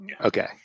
Okay